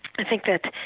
i think that,